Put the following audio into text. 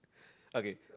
okay